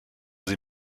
sie